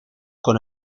con